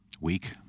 week